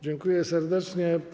Dziękuję serdecznie.